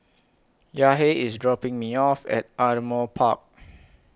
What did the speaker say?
Yahir IS dropping Me off At Ardmore Park